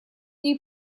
ней